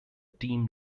team